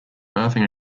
berthing